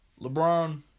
LeBron